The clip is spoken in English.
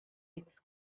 its